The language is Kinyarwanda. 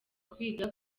kwiga